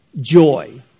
joy